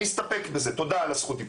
אני אסתפק בזה, תודה על זכות הדיבור.